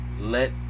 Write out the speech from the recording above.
let